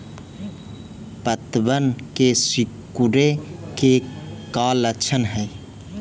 पत्तबन के सिकुड़े के का लक्षण हई?